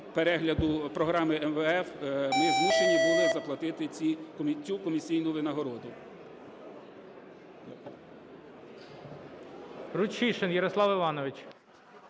перегляду програми МВФ, ми змушені були заплатити цю комісійну винагороду.